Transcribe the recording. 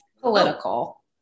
political